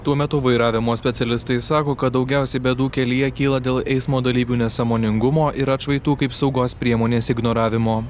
tuo metu vairavimo specialistai sako kad daugiausia bėdų kelyje kyla dėl eismo dalyvių nesąmoningumo ir atšvaitų kaip saugos priemonės ignoravimo